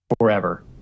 forever